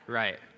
right